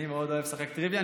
אני מאוד אוהב לשחק טריוויה.